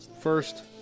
First